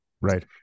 right